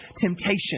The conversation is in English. temptation